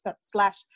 slash